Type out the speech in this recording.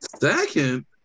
Second